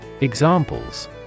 Examples